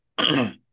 okay